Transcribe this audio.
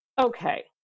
okay